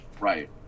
Right